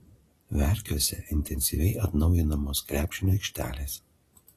verkiuose intensyviai atnaujinamos krepšinio aikštelės